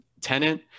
tenant